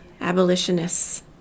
abolitionists